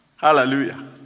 Hallelujah